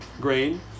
grain